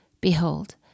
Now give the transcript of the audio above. Behold